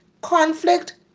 Conflict